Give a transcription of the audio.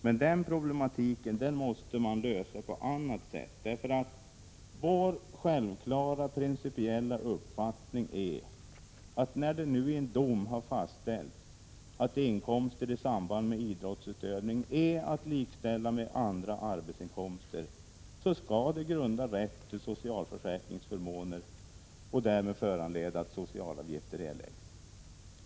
Men den problematiken får man söka lösa på annat sätt, därför att vår självklara principiella uppfattning är att när det i dom fastställts att inkomster i samband med idrottsutövning är att likställa med andra arbetsinkomster, så skall det grunda rätt till socialförsäkringsförmåner och därmed föranleda att socialavgifter erläggs.